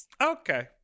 okay